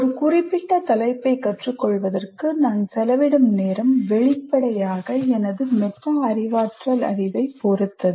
ஒரு குறிப்பிட்ட தலைப்பைக் கற்றுக்கொள்வதற்கு நான் செலவிடும் நேரம் வெளிப்படையாக எனது மெட்டா அறிவாற்றல் அறிவைப் பொறுத்தது